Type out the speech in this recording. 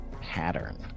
pattern